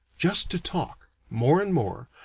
just to talk, more and more,